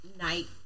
night